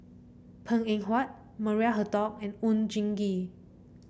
Png Eng Huat Maria Hertogh and Oon Jin Gee